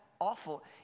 awful